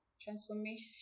transformation